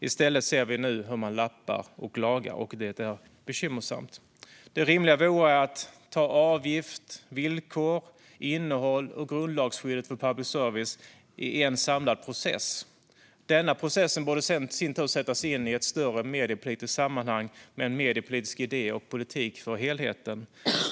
I stället ser vi nu hur man lappar och lagar, och det är bekymmersamt. Det rimliga vore att hantera avgift, villkor, innehåll och grundlagsskydd för public service i en samlad process. Denna process borde i sin tur sättas in i ett större mediepolitiskt sammanhang med en mediepolitisk idé och politik för helheten.